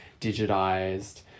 digitized